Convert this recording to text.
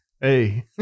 Hey